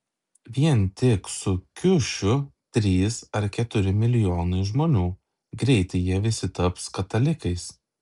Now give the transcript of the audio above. vien tik su kiušiu trys ar keturi milijonai žmonių greitai jie visi taps katalikais